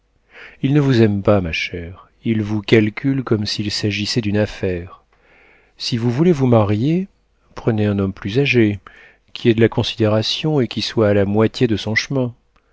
il ne vous aime pas ma chère il vous calcule comme s'il s'agissait d'une affaire si vous voulez vous marier prenez un homme plus âgé qui ait de la considération et qui soit à la moitié de son chemin